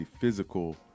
physical